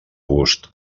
gust